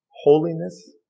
holiness